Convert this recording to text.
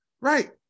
right